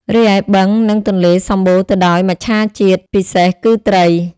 រីឯបឹងនឹងទន្លេសម្បូរទៅដោយមច្ឆាជាតិពិសេសគឺត្រី។